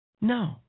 No